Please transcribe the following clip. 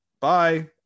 bye